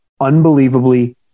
unbelievably